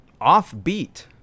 offbeat